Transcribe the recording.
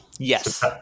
Yes